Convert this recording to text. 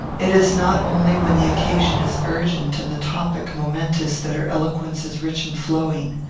it is not only when the occasion is urgent and the topic momentous that her eloquence is rich and flowing.